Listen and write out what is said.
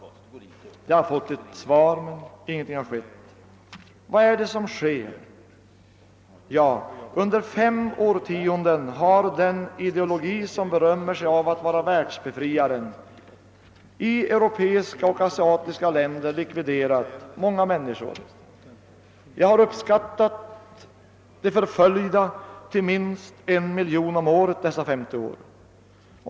De har fått ett svar, men ingenting har skett. Vad är det då som sker? Under fem årtionden har den ideologi som berömmer sig av att vara världsbefriaren i europeiska och asiatiska länder likviderat många människor — jag har uppskattat de förföljda till minst en miljon om året under dessa 50 år.